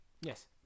Yes